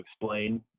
explain